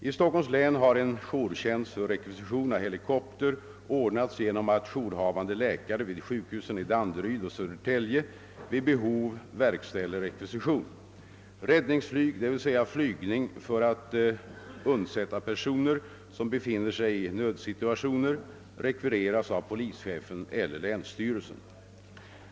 I Stockholms län har en jourtjänst för rekvisition av helikopter ordnats genom att jourhavande läkare vid sjukhusen i Danderyd och Södertälje vid behov verkställer rekvisitionen. Räddningsflygning — d. v. s. flygning för att undsätta personer som befinner sig i nödsituationer — rekvireras av polischefen eller länsstyrelsen.